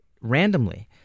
randomly